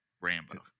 Rambo